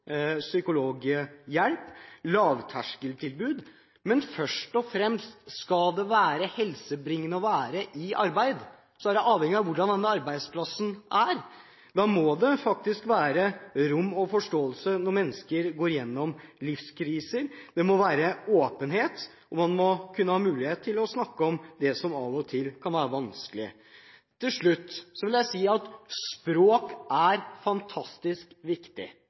psykologhjelp, lavterskeltilbud. Men først og fremst: Om det skal være helsebringende å være i arbeid, avhenger det av hvordan arbeidsplassen er. Da må det faktisk være rom for og forståelse for at mennesker går igjennom livskriser, det må være åpenhet, og man må kunne ha mulighet til å snakke om det som av og til kan være vanskelig. Til slutt vil jeg si at språk er fantastisk viktig.